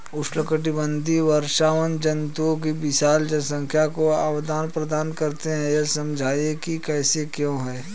उष्णकटिबंधीय वर्षावन जंतुओं की विशाल जनसंख्या को आवास प्रदान करते हैं यह समझाइए कि ऐसा क्यों है?